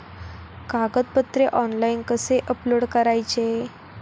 कागदपत्रे ऑनलाइन कसे अपलोड करायचे?